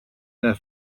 their